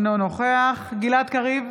אינו נוכח גלעד קריב,